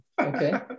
okay